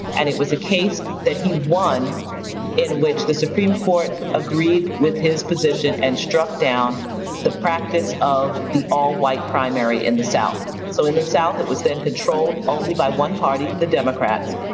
and it was a case that he won in which the supreme court agreed with his position and struck down the practice of the all white primary in the south. so in the south, it was then controlled only by one party, the democrats.